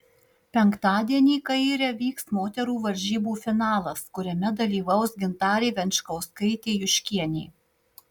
penktadienį kaire vyks moterų varžybų finalas kuriame dalyvaus gintarė venčkauskaitė juškienė